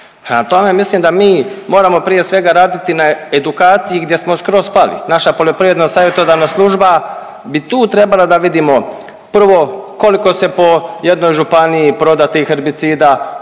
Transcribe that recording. tome, mislim da mi moramo prije svega raditi na edukaciji gdje smo skroz pali. Naša Poljoprivredna savjetodavna služba bi tu trebala da vidimo, prvo koliko se po jednoj županiji proda tih herbicida,